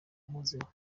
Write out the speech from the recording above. unkozeho